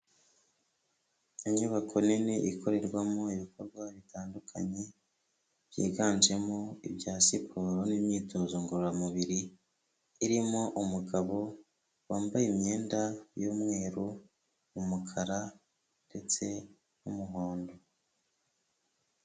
Inyubako nini ikorerwamo ibikorwa bitandukanye byiganjemo ibya siporo n'imyitozo ngororamubiri, irimo umugabo wambaye imyenda y'umweru, umukara ndetse n'umuhondo.